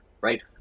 right